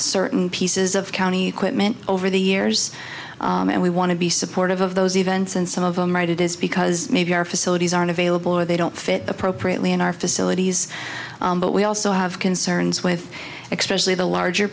certain pieces of county quitman over the years and we want to be supportive of those events and some of them right it is because maybe our facilities aren't available or they don't fit appropriately in our facilities but we also have concerns with expressly the larger